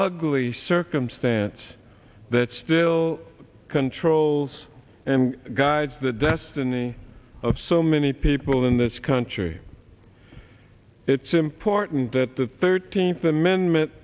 ugly circumstance that still controls and guides the destiny of so many people in this country it's important that the thirteenth amendment